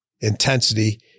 intensity